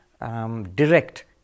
Direct